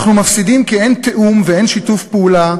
אנחנו מפסידים, כי אין תיאום ואין שיתוף פעולה,